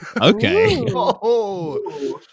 Okay